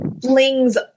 flings